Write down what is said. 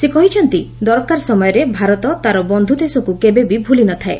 ସେ କହିଛନ୍ତି ଦରକାର ସମୟରେ ଭାରତ ତା'ର ବନ୍ଧୁ ଦେଶଙ୍କୁ କେଗବ ବି ଭୁଲି ନ ଥାଏ